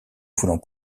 voulant